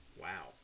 wow